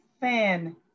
fan